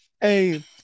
Hey